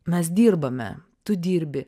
mes dirbame tu dirbi